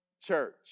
church